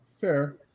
Fair